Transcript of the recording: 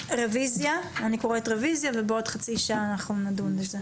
אני קוראת רביזיה ובעוד חצי שעה אנחנו נדון בזה,